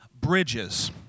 bridges